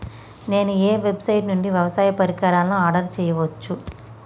నేను ఏ వెబ్సైట్ నుండి వ్యవసాయ పరికరాలను ఆర్డర్ చేయవచ్చు?